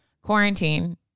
quarantine